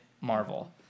Marvel